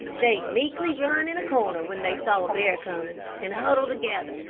they'd meekly run in a corner when they saw a bear coming, and huddle together,